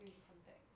they in contact